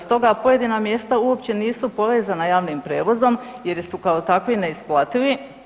Stoga pojedina mjesta uopće nisu povezana javnim prijevozom jer su kao takvi neisplativi.